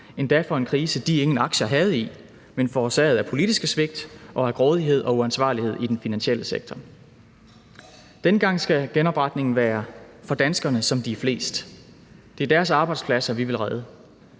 endda for en krise, de ingen aktier havde i, men som var forårsaget af politiske svigt og af grådighed og uansvarlighed i den finansielle sektor. Denne gang skal genopretningen være for danskerne, som de er flest. Det er deres arbejdspladser, vi vil redde,